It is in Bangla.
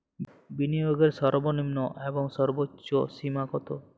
বিনিয়োগের সর্বনিম্ন এবং সর্বোচ্চ সীমা কত?